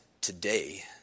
today